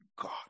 God